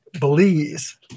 Belize